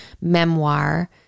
memoir